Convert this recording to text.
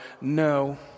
No